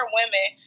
women